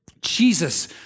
Jesus